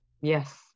yes